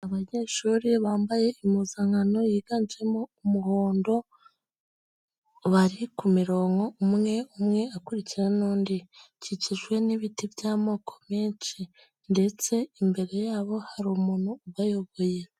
Abanyeshuri bambaye impuzankano yiganjemo umuhondo, bari ku mirongo umwe umwe akurikikira n'undi, hakikijwe n'ibiti by'amoko menshi ndetse imbere yabo hari umuntu ubayoboye.